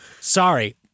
sorry